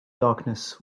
darkness